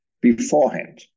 beforehand